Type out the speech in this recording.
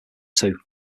too